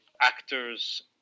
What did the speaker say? actors